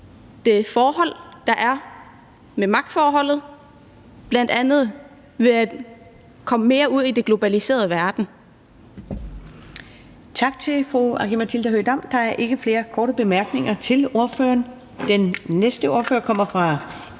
det forhold, der er i forhold til magtforholdet, bl.a. ved at komme mere ud i den globaliserede verden.